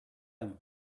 him